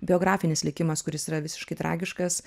biografinis likimas kuris yra visiškai tragiškas